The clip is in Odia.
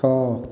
ଛଅ